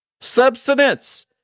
Substance